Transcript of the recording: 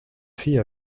fille